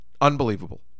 Unbelievable